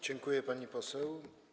Dziękuję, pani poseł.